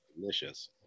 delicious